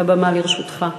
הבמה לרשותך.